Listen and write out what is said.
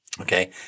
Okay